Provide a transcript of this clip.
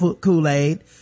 Kool-Aid